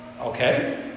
okay